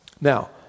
Now